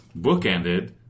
bookended